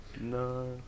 No